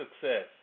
success